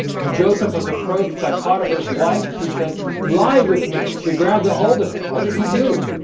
when joseph was approached by potiphar's wife. she said lie with me and she grabbed ahold of him. what did he do?